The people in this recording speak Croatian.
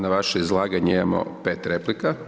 Na vaše izlaganje imamo 5 replika.